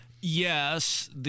Yes